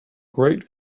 great